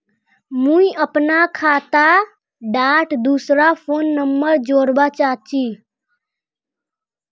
मुई अपना खाता डात दूसरा फोन नंबर जोड़वा चाहची?